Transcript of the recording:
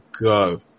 go